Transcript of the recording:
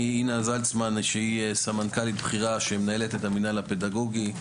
מאינה זלצמן שהיא סמנכ"לית בכירה שמנהלת את המנהל הפדגוגי,